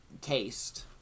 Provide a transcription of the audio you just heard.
taste